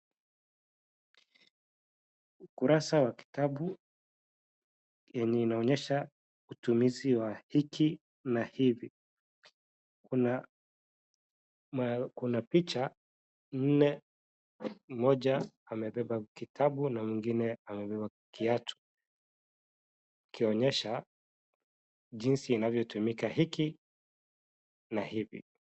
Ukurasa wa kitabu yenye inaonyesha matumizi ya hiki na hivi. Kuna picha nne mmoja amebeba kitabu na mwingine amebeba kiatu kuonyesha jinsi inavyotumika hiki na hivi.